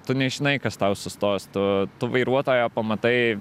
tu nežinai kas tau sustos tu tu vairuotoją pamatai